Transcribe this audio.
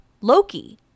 Loki